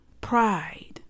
pride